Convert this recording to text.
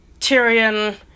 Tyrion